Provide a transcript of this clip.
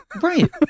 Right